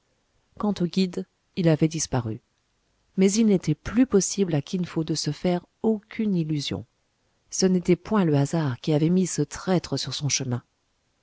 quant au guide il avait disparu mais il n'était plus possible à kin fo de se faire aucune illusion ce n'était point le hasard qui avait mis ce traître sur son chemin